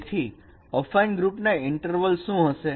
તેથી અફાઈન ગ્રુપના ઇન્ટરવલ શું હશે